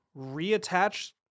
reattach